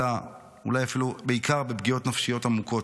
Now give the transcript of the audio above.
אלא, ואולי אפילו בעיקר, בפגיעות נפשיות עמוקות.